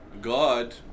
god